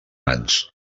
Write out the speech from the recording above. mans